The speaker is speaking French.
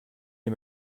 est